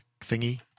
thingy